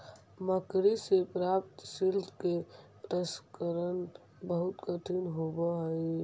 मकड़ि से प्राप्त सिल्क के प्रसंस्करण बहुत कठिन होवऽ हई